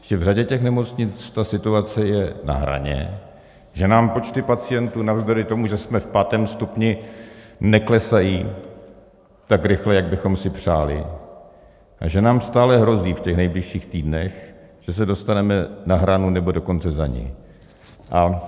Že v řadě těch nemocnic ta situace je na hraně, že nám počty pacientů navzdory tomu, že jsme v pátém stupni, neklesají tak rychle, jak bychom si přáli, a že nám stále hrozí v těch nejbližších týdnech, že se dostaneme na hranu, nebo dokonce za ni.